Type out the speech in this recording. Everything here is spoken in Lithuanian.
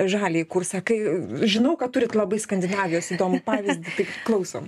žaliąjį kursą kai žinau kad turit labai skandinavijos įdomų pavyzdį tai klausom